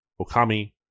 Okami